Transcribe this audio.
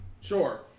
Sure